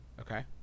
okay